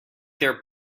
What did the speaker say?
their